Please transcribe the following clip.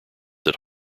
that